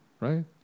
right